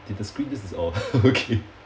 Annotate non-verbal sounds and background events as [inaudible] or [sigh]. did the screen just oh [laughs] okay